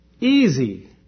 easy